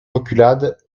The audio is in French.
reculades